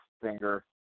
finger